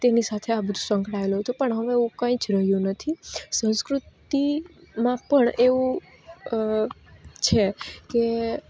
તેની સાથે આ બધું સંકળાયેલું હતું પણ હવે એવું કંઈ જ રહ્યું નથી સંસ્કૃતિમાં પણ એવું છે કે